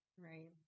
Right